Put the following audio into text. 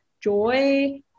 joy